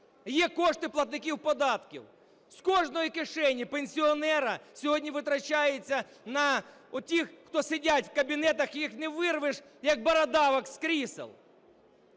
є кошти платників податків. З кожної кишені пенсіонера сьогодні витрачається на отих, хто сидять в кабінетах, їх не вирвеш, як бородавок, з крісел.